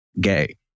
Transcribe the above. gay